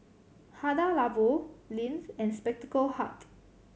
Hada Labo Lindt and Spectacle Hut